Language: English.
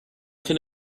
can